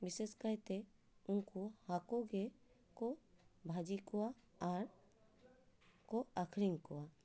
ᱵᱤᱥᱮᱥ ᱠᱟᱭ ᱛᱮ ᱩᱱᱠᱩ ᱦᱟᱹᱠᱩ ᱜᱮᱠᱚ ᱵᱷᱟᱹᱡᱤ ᱠᱚᱣᱟ ᱟᱨ ᱠᱚ ᱟᱹᱠᱷᱟᱨᱤᱧ ᱠᱚᱣᱟ